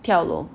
跳楼